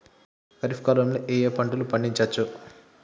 ఖరీఫ్ కాలంలో ఏ ఏ పంటలు పండించచ్చు?